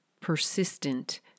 persistent